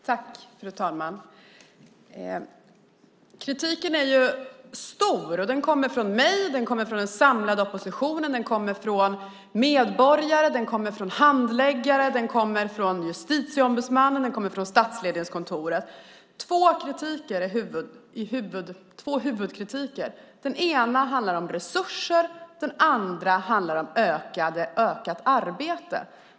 Fru talman! Kritiken är stor. Den kommer från mig, den samlade oppositionen, medborgare, handläggare, Justitieombudsmannen och Statskontoret. Det är två huvudlinjer i kritiken. Den ena handlar om resurser och den andra om ökat arbete.